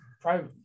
private